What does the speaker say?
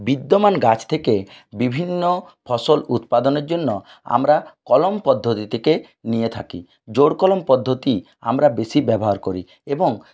বিদ্যমান গাছ থেকে বিভিন্ন ফসল উৎপাদনের জন্য আমরা কলম পদ্ধতিটিকে নিয়ে থাকি জোড়কলম পদ্ধতি আমরা বেশি ব্যবহার করি এবং